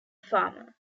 farmer